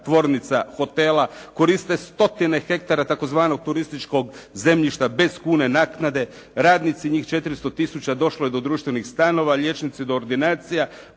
tvornica, hotela, koriste stotine hektara tzv. turističkog zemljišta bez kune naknade, radnici njih 400 tisuća došlo je do društvenih stanova, liječnici do ordinacija,